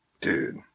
Dude